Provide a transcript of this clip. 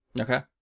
Okay